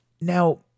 now